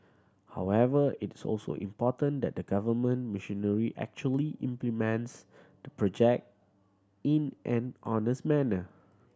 however it also important that the government machinery actually implements the project in an honest manner